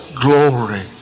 glory